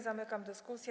Zamykam dyskusję.